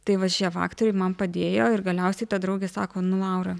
tai va šie faktoriai man padėjo ir galiausiai ta draugė sako nu laura